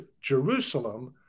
Jerusalem